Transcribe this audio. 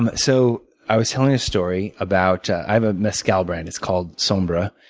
um so i was telling a story about i have a mezcal brand, it's called sombra.